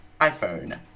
iPhone